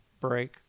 break